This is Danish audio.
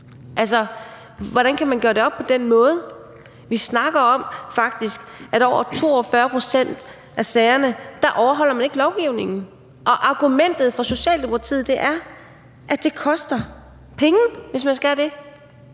Hvordan kan man gøre det op på den måde? Vi snakker faktisk om, at i over 42 pct. at sagerne overholder man ikke lovgivningen. Argumentet for Socialdemokratiet er, at det koster penge, hvis man skal det.